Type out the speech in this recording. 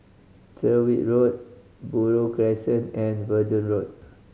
Tyrwhitt Road Buroh Crescent and Verdun Road